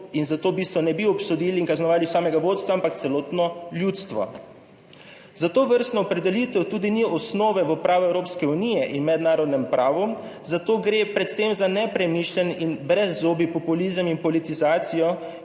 v bistvu ne bi obsodili in kaznovali samega vodstva, ampak celotno ljudstvo. Za tovrstno opredelitev tudi ni osnove v pravu Evropske unije in mednarodnem pravu, zato gre predvsem za nepremišljen in brezzobi populizem in politizacijo,